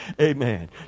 Amen